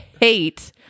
hate